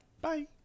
bye